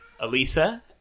Alisa